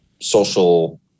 social –